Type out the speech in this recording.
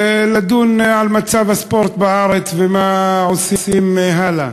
לדון על מצב הספורט בארץ ומה עושים הלאה.